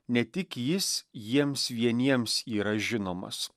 ne tik jis jiems vieniems yra žinomas